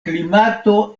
klimato